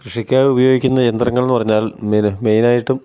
കൃഷിക്കായി ഉപയോഗിക്കുന്ന യന്ത്രങ്ങൾ എന്ന് പറഞ്ഞാൽ മെയിൻ മെയിനായിട്ടും